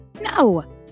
No